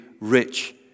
Rich